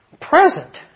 present